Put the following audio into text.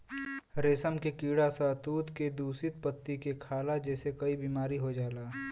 रेशम के कीड़ा शहतूत के दूषित पत्ती के खाला जेसे कई बीमारी हो जाला